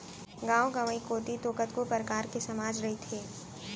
गाँव गंवई कोती तो कतको परकार के समाज रहिथे